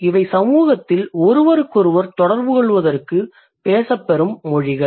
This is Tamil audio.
இவை சமூகத்தில் ஒருவருக்கொருவர் தொடர்புகொள்வதற்குப் பேசப்பெறும் மொழிகள்